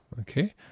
Okay